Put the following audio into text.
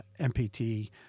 mpt